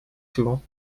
souvent